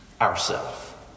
Ourself